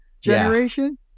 generation